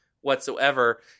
whatsoever